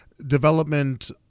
development